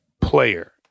player